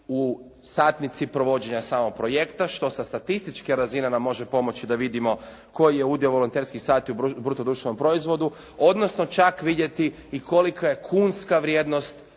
u satnici provođenja samog projekta, što sa statističke razine nam može pomoći da vidimo koji je udio volonterskih sati u bruto društvenom proizvodu, odnosno čak vidjeti i kolika je kunska vrijednost